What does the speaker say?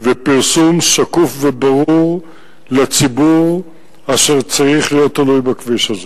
ופרסום שקוף וברור לציבור אשר צריך להיות תלוי בכביש הזה.